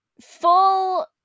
full